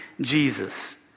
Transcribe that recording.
Jesus